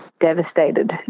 devastated